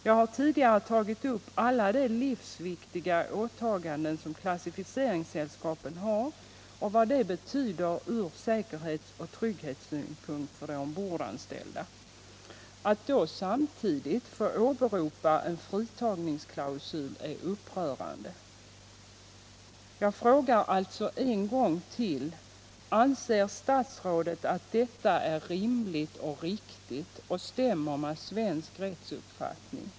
Jag har tidigare tagit upp alla de livsviktiga åtaganden som klassificeringssällskapen har och vad de betyder ur säkerhetsoch trygghetssynpunkt för de ombordanställda. Att dessa sällskap samtidigt får åberopa en fritagningsklausul är upprörande. Jag frågar alltså en gång till: Anser statsrådet att detta är rimligt och riktigt och att det stämmer med svensk rättsuppfattning?